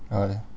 ya then